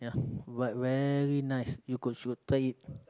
yeah but very nice you could should try it